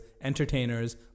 entertainers